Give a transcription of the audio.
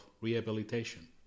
rehabilitation